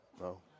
No